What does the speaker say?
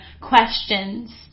questions